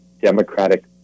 Democratic